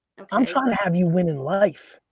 i'm trying to have you win in life.